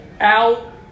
out